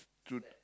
through